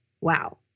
wow